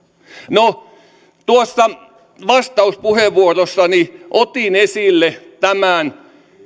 no tuossa vastauspuheenvuorossani otin esille tämän